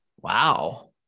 Wow